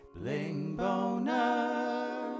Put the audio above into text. Bling-boner